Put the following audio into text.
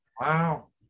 wow